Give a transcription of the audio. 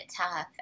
tough